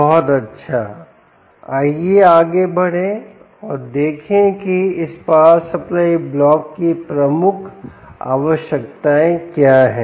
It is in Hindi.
बहुत अच्छा आइए आगे बढ़ें और देखें कि इस पावर सप्लाई ब्लॉक की प्रमुख आवश्यकताएं क्या हैं